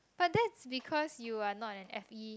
but that's because you are not an F_E